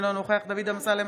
אינו נוכח דוד אמסלם,